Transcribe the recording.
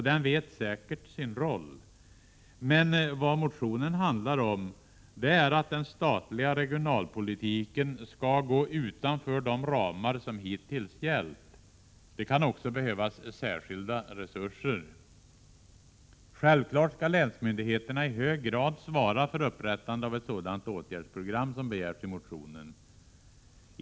Den vet säkert sin roll, men vad motionen handlar om är att den statliga regionalpolitiken skall gå utanför de ramar som hittills gällt. Det kan också behövas särskilda resurser. Självfallet skall länsmyndigheterna i hög grad svara för upprättande av ett sådant åtgärdsprogram som begärs i motionen.